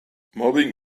mobbing